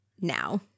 now